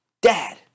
Dad